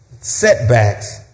setbacks